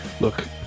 Look